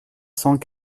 cents